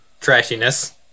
trashiness